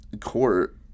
court